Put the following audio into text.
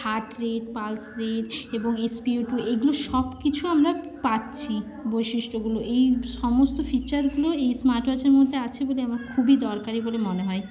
heart rate pulse rate এবং SpO two এইগুলো সব কিছু আমরা পাচ্ছি বৈশিষ্ট্যগুলো এই সমস্ত ফিচারগুলো এই স্মার্টওয়াচের মধ্যে আছে বলে আমার খবুই দরকারি বলে মনে হয়